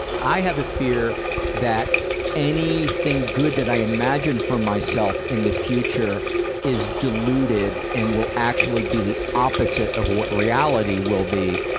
i have a fear that anything good that i imagine for myself in the future is deluded and will actually be the opposite of what reality will be.